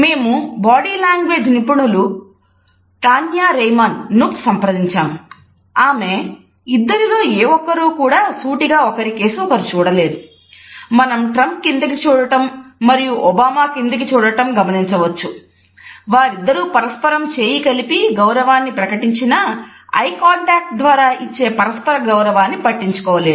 మేము body language ద్వారా ఇచ్చే పరస్పర గౌరవాన్ని పట్టించుకోలేదు